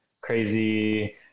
crazy